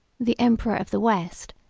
the emperor of the west,